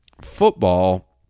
Football